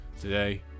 Today